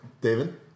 David